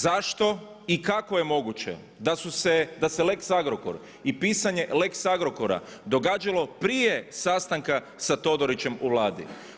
Zašto i kako je moguće da se Lex Agrokor i pisanje Lex Agrokora događalo prije sastanka sa Todorićem u Vladi?